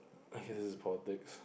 I guess it is politics